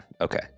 okay